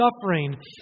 suffering